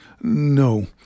No